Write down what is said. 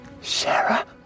Sarah